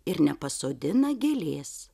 ir nepasodina gėlės